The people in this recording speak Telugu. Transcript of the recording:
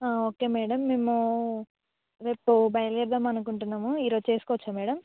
ఆ ఓకే మేడం మేము రేపు బయలుదేరుదాం అనుకుంటున్నాము ఈరోజు చేస్కోవచ్చా మేడం